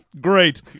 Great